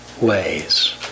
ways